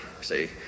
see